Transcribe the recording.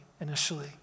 initially